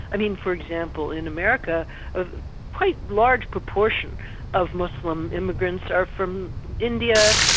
i mean for example in america, a quite large proportion of muslim immigrants are from india,